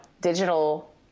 digital